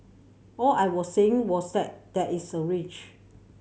all I was saying was that there is a range